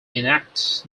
enact